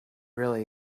really